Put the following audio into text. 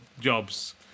jobs